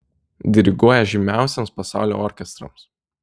diriguoja žymiausiems pasaulio orkestrams